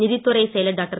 நிதித்துறைச் செயலர் டாக்டர்